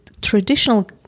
traditional